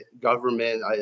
government